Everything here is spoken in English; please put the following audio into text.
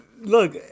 Look